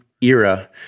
era